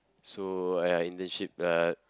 so uh internship uh